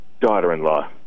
daughter-in-law